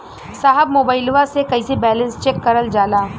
साहब मोबइलवा से कईसे बैलेंस चेक करल जाला?